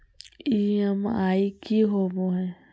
EMI की होवे है?